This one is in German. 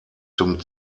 zum